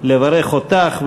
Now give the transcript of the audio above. לברך אותך,